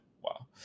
wow